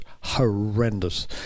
horrendous